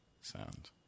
sound